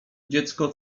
dziecko